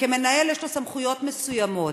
וכמנהל יש לו סמכויות מסוימות,